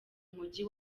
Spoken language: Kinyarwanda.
mujyi